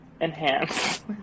enhance